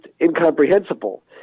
incomprehensible